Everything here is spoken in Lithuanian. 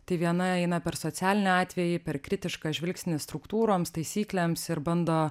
tai viena eina per socialinį atvejį per kritišką žvilgsnį struktūroms taisyklėms ir bando